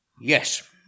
Yes